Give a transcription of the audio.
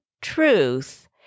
truth